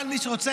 אבל מי שרוצה,